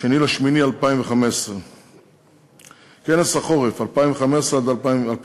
2 באוגוסט 2015. כנס החורף 2016-2015,